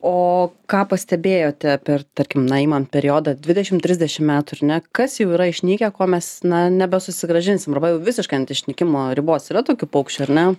o ką pastebėjote per tarkim na imam periodą dvidešim trisdešim metų ar ne kas jau yra išnykę ko mes na nebesusigrąžinsim arba jau visiškai ant išnykimo ribos yra tokių paukščių ar ne